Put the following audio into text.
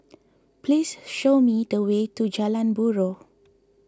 please show me the way to Jalan Buroh